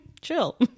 Chill